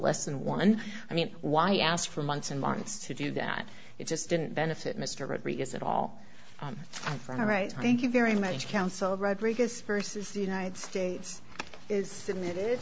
less than one i mean why i asked for months and months to do that it just didn't benefit mr rodriguez at all from the right thank you very much counsel rodriguez versus the united states is